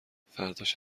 فرداش